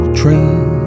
train